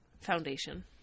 foundation